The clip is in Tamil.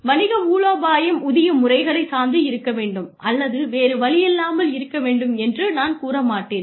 வணிக மூலோபாயம் ஊதிய முறைகளைச் சார்ந்து இருக்க வேண்டும் அல்லது வேறு வழியில்லாமல் இருக்க வேண்டும் என்று நான் கூற மாட்டேன்